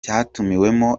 cyatumiwemo